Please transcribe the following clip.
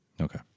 Okay